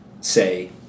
say